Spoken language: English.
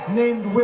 named